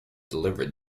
delivered